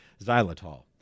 xylitol